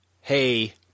hey